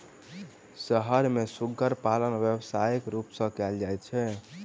शहर मे सुग्गर पालन व्यवसायक रूप मे कयल जाइत छै